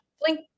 blink